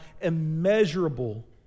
immeasurable